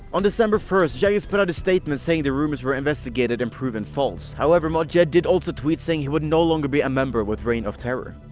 on december first, jagex put out a statement saying the rumors were investigated and proven false. however, mod jed did tweet saying he would no longer be a member with reign of terror.